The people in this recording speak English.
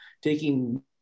taking